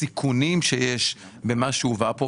בסיכונים שיש במה שהובא כאן,